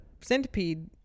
centipede